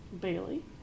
Bailey